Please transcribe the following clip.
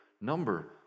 number